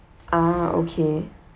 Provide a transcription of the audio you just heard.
ah okay